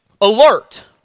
alert